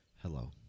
Hello